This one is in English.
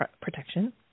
protection